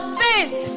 faith